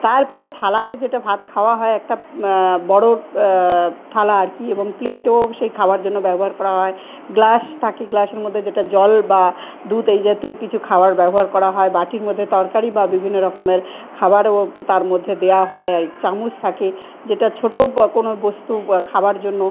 তারপরে থালাতে যেটা ভাত খাওয়া হয় একটা বড় থালা আর কি এবং প্লেটও সেই খাওয়ার জন্য ব্যবহার করা হয় গ্লাস থাকে গ্লাসের মধ্যে যেটা জল বা দুধ এই জাতীয় কিছু খাওয়ার ব্যবহার করা হয় বাটির মধ্যে তরকারি বা বিভিন্ন রকমের খাবারও তার মধ্যে দেওয়া হয় আর চামচ থাকে যেটা ছোট কোনো বস্তু খাবার জন্য